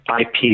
IP